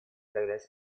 прогресс